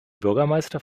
bürgermeister